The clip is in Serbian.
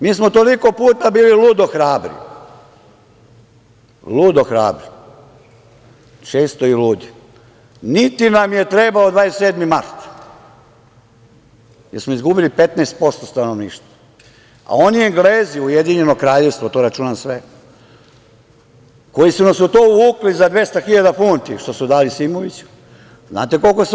Mi smo toliko puta bili ludo hrabri, često i ludi, niti nam je trebao 27. mart, jer smo izgubili 15% stanovništva, a oni Englezi, Ujedinjeno kraljevstvo, tu računam sve koji su nas u to uvukli za 200.000 funti što su dali Simoviću, znate koliko su oni izgubili?